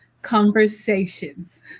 Conversations